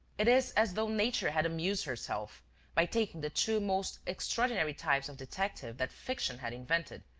it is as though nature had amused herself by taking the two most extraordinary types of detective that fiction had invented,